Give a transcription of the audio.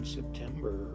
September